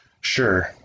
Sure